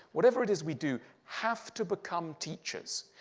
whatever it is we do, have to become teachers.